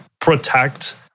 protect